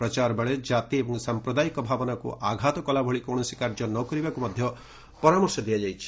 ପ୍ରଚାର ବେଳେ ଜାତି ଏବଂ ସାଂପ୍ରଦାୟିକ ଭାବନାକୁ ଆଘାତ କଲାଭଳି କୌଣସି କାର୍ଯ୍ୟ ନ କରିବାକୁ ମଧ୍ୟ ପରାମର୍ଶ ଦିଆଯାଇଛି